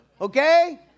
okay